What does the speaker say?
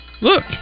look